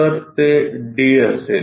तर ते d असेल